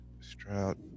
Stroud